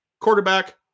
quarterback